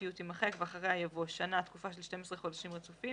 תימחק ואחריה יבוא: ""שנה" תקופה של 12 חודשים רצופים.